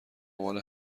عنوان